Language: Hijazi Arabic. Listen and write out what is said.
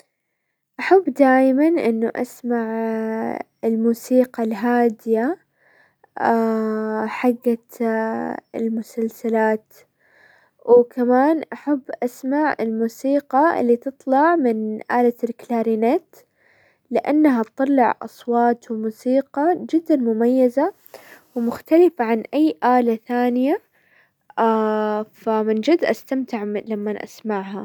احب دايما انه اسمع الموسيقى الهادية حقت المسلسلات، وكمان احب اسمع الموسيقى اللي تطلع من الة الكلارينت. انها تطلع اصوات وموسيقى جدا مميزة، ومختلفة عن اي الة ثانية، فمن جد استمتع لمن اسمعها.